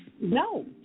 No